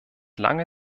lange